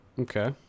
Okay